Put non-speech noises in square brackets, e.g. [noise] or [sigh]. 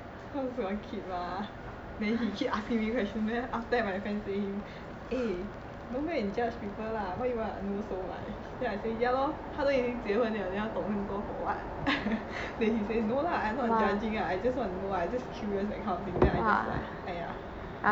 cause got kid mah then he keep asking me question then after that my friend say him eh don't go and judge people lah why you want to know so much then I say ya lor 他都已经结婚了你要懂这样多 for what [laughs] then he say no lah I am not judging uh I just want to know I just curious and that kind of thing then I am just like !aiya!